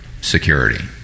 security